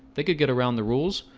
they could get around the rules